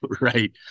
Right